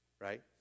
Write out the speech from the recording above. right